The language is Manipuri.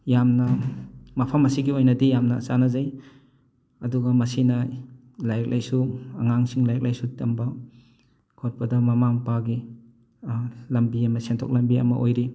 ꯌꯥꯝꯅ ꯃꯐꯝ ꯑꯁꯤꯒꯤ ꯑꯣꯏꯅꯗꯤ ꯌꯥꯝꯅ ꯆꯥꯟꯅꯖꯩ ꯑꯗꯨꯒ ꯃꯁꯤꯅ ꯂꯥꯏꯔꯤꯛ ꯂꯥꯏꯁꯨ ꯑꯉꯥꯡꯁꯤꯡ ꯂꯥꯏꯔꯤꯛ ꯂꯥꯏꯁꯨ ꯇꯝꯕ ꯈꯣꯠꯄꯗ ꯃꯃꯥ ꯃꯄꯥꯒꯤ ꯂꯝꯕꯤ ꯑꯃ ꯁꯦꯟꯊꯣꯛ ꯂꯝꯕꯤ ꯑꯃ ꯑꯣꯏꯔꯤ